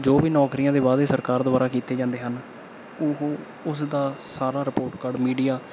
ਜੋ ਵੀ ਨੌਕਰੀਆਂ ਦੇ ਵਾਅਦੇ ਸਰਕਾਰ ਦੁਆਰਾ ਕੀਤੇ ਜਾਂਦੇ ਹਨ ਉਹ ਉਸ ਦਾ ਸਾਰਾ ਰਿਪੋਰਟ ਕਾਰਡ ਮੀਡੀਆ